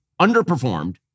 underperformed